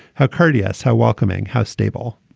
how courteous, how welcoming, how stable.